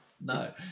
No